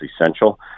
essential